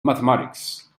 mathematics